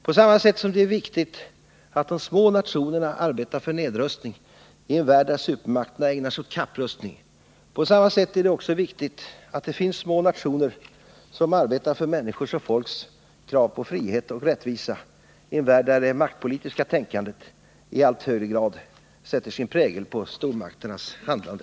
På samma sätt som det är viktigt att de små nationerna arbetar för nedrustning i en värld där supermakterna ägnar sig åt kapprustning är det också viktigt att det finns små nationer som arbetar för människors och folks krav på frihet och rättvisa i en värld där det maktpolitiska tänkandet i allt högre grad sätter sin prägel på stormakternas handlande.